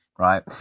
Right